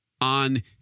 on